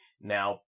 now